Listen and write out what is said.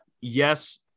yes